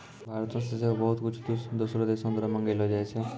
भारतो से सेहो बहुते कुछु दोसरो देशो द्वारा मंगैलो जाय छै